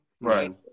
right